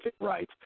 right